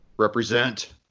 Represent